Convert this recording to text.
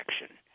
action